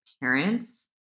parents